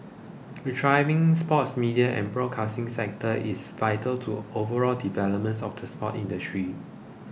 a thriving sports media and broadcasting sector is vital to overall developments of the sports industry